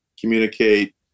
communicate